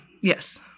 yes